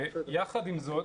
יחד עם זאת,